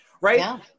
right